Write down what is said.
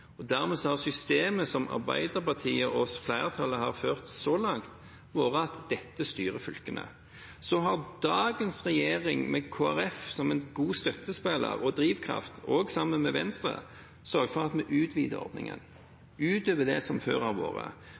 Dermed har systemet som Arbeiderpartiet og flertallet har ført så langt, vært at dette styrer fylkene. Så har dagens regjering, med Kristelig Folkeparti som en god støttespiller og drivkraft, og også sammen med Venstre, sørget for at vi utvider ordningen utover det som har vært